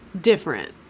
different